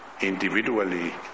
Individually